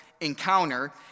Encounter